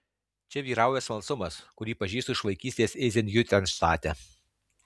čia vyrauja smalsumas kurį pažįstu iš vaikystės eizenhiutenštate